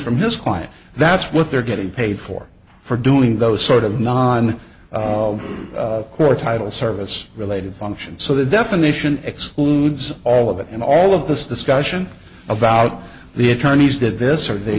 from his client that's what they're getting paid for for doing those sort of non core title service related functions so the definition excludes all of it and all of this discussion about the attorneys did this or they